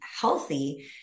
healthy